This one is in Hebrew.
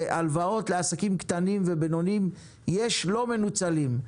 והלוואות לעסקים קטנים ובינוניים יש לא מנוצלים.